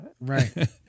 Right